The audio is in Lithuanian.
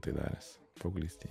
tai daręs paauglystėj